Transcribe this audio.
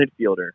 midfielder